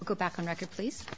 go back on record please